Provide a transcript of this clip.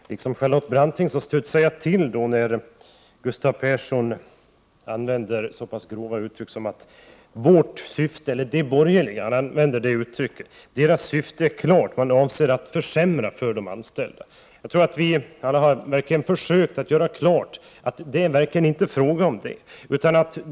Fru talman! Liksom Charlotte Branting studsade jag till när jag hörde Gustav Persson använda så pass grova uttryck som att de borgerligas syfte är klart och att vi avser att försämra för de anställda. Vi har försökt göra klart att det verkligen inte är fråga om något sådant.